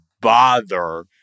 bother